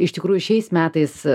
iš tikrųjų šiais metais